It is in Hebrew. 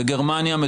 בגרמניה,